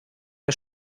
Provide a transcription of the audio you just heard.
der